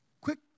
Quick